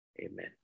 Amen